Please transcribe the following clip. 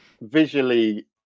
visually